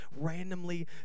randomly